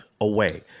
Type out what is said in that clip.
away